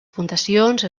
fundacions